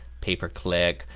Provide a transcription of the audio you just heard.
paper click,